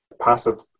passive